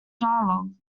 dialogue